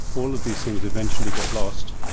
all of these things eventually get lost.